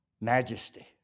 Majesty